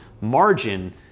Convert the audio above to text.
margin